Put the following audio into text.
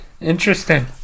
Interesting